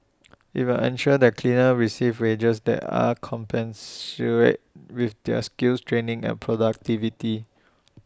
IT will ensure that cleaners receive wages that are commensurate with their skills training and productivity